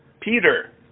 Peter